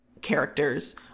characters